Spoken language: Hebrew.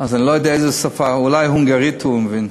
אז אני לא יודע איזה שפה, אולי הונגרית הוא מבין,